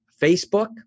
Facebook